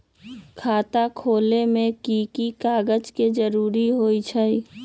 खाता खोले में कि की कागज के जरूरी होई छइ?